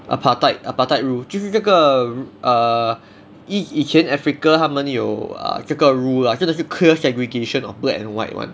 apartheid apartheid rule 就是那个 err 以以前 africa 他们有 err 这个 rule lah 真的是 clear segregation of black and white [one]